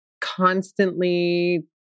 constantly